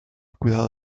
cuidado